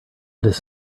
this